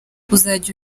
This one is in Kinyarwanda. uzajya